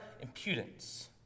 Impudence